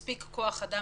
מספיק כוח אדם